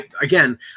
again